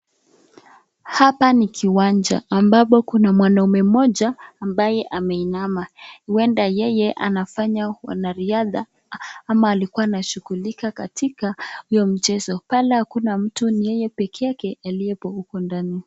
Hapa ni kiwanja ambapo kuna mwanaume mmoja ambaye ameinama huenda yeye anafanya uana riadha ama alikuwa anashughulika katika huo mchezo pale hakuna mtu ni yeye pekeyake alioepo huko ndani.